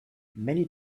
many